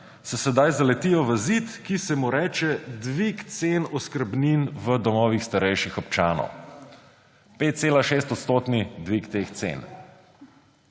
se sedaj zaletijo v zid, ki se mu reče dvig cen oskrbnin v domovih starejših občanov. 5,6-odstotni dvig teh cen.